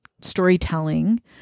storytelling